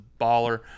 baller